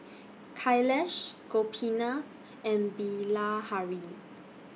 Kailash Gopinath and Bilahari